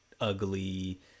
ugly